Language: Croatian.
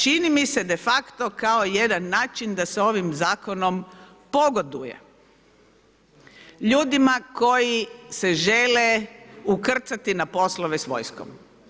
Čini mi se de facto kao jedan način da se ovim zakonom pogoduje ljudima koji se žele ukrcati na poslove s vojskom.